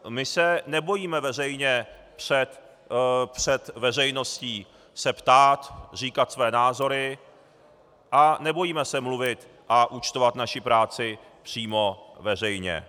My se prostě nebojíme veřejně před veřejností se ptát, říkat své názory a nebojíme se mluvit a účtovat naši práci přímo veřejně.